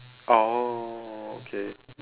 oh okay